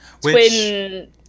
twin